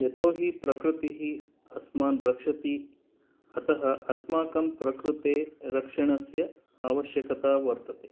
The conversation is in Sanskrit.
यतोहि प्रकृतिः अस्मान् रक्षति अतः अस्माकं प्रकृतेः रक्षणस्य आवश्यकता वर्तते